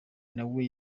nawe